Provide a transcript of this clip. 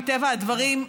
מטבע הדברים,